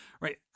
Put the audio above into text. right